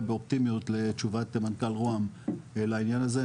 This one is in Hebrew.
באופטימיות לתשובת מנכ"ל רוה"מ לעניין הזה,